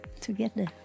together